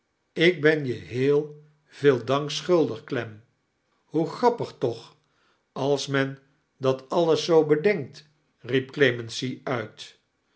ik ben je heel reel damk schuldig clem hoe grappig tooh ale men dat alles zoo bedenkt riep clemency uit